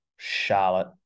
Charlotte